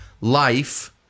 Life